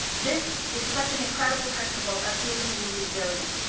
this is such an incredible principle of giving you resilience,